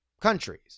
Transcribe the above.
countries